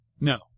No